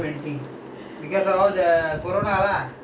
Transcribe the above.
come back